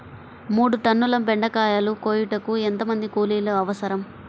మూడు టన్నుల బెండకాయలు కోయుటకు ఎంత మంది కూలీలు అవసరం?